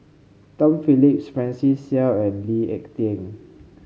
Tom Phillips Francis Seow and Lee Ek Tieng